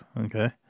Okay